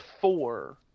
four